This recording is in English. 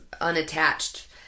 unattached